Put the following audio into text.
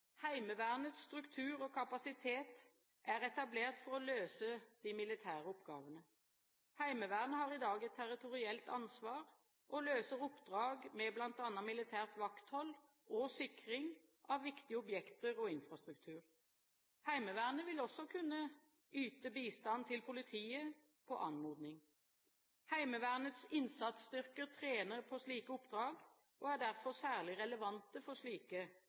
Heimevernets struktur og kapasitet er etablert for å løse de militære oppgavene. Heimevernet har i dag et territorielt ansvar og løser oppdrag som bl.a. militært vakthold og sikring av viktige objekter og infrastruktur. Heimevernet vil også kunne yte bistand til politiet på anmodning. Heimevernets innsatsstyrker trener på slike oppdrag og er derfor særlig relevante for slike